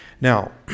Now